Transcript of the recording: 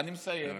אני מסיים.